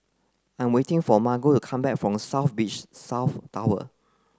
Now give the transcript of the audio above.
I'am waiting for Margo come back from South Beach South Tower